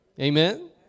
Amen